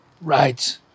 Right